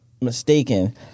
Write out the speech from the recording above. mistaken